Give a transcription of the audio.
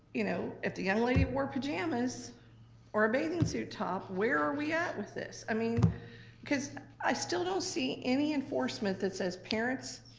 you know if the young lady wore pajamas or a bathing suit top, where are we at with this? i mean cause i still don't see any enforcement that says, parents,